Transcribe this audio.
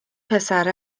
پسر